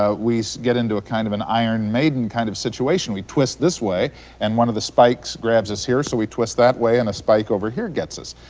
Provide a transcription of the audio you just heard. we get into a kind of an iron maiden kind of situation. we twist this way and one of the spikes grabs us here, so we twist that way and a spike over here gets us.